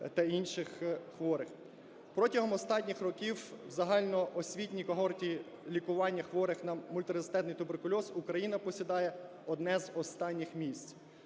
Протягом останніх років в загальноосвітній когорті лікування хворих на мультирезистентний туберкульоз Україна посідає одне з останніх місць.